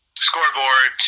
scoreboard